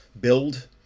build